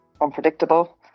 unpredictable